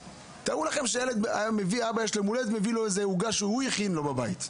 תארו לכם שלאבא יש יום הולדת והילד מביא לו עוגה שהוא הכין לו בבית.